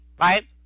Right